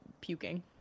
puking